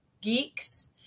geeks